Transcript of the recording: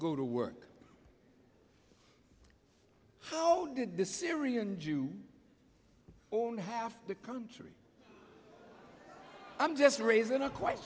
go to work how did the syrian jew own half the country i'm just raising a quite